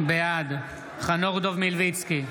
בעד חנוך דב מלביצקי,